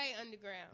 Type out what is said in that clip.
underground